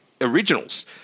originals